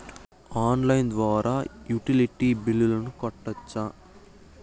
Online ద్వారా utility బిల్లులను కట్టొచ్చా?